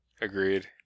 Agreed